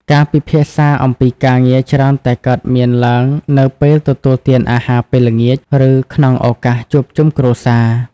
ការពិភាក្សាអំពីការងារច្រើនតែកើតមានឡើងនៅពេលទទួលទានអាហារពេលល្ងាច ឬក្នុងឱកាសជួបជុំគ្រួសារ។